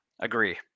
Agree